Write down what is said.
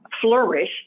flourish